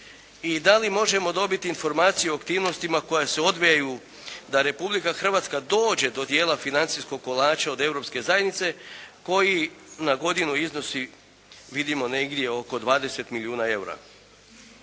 i da li možemo dobiti informaciju o aktivnostima koja se odvijaju da Republika Hrvatska dođe do dijela financijskog kolača od Europske zajednice koji na godinu iznosi vidimo negdje oko 20 milijuna eura.